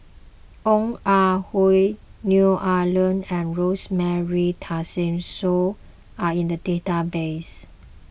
Ong Ah Hoi Neo Ah Luan and Rosemary Tessensohn are in the database